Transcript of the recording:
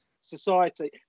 society